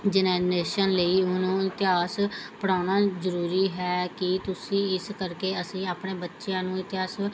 generation ਲਈ ਉਹਨਾਂ ਨੂੰ ਇਤਿਹਾਸ ਪੜ੍ਹਾਉਣਾ ਜ਼ਰੂਰੀ ਹੈ ਕਿ ਤੁਸੀਂ ਇਸ ਕਰਕੇ ਅਸੀਂ ਆਪਣੇ ਬੱਚਿਆਂ ਨੂੰ ਇਤਿਹਾਸ